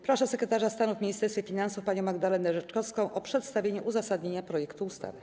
Proszę sekretarza stanu w Ministerstwie Finansów panią Magdalenę Rzeczkowską o przedstawienie uzasadnienia projektu ustawy.